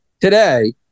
today